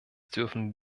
dürfen